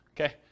Okay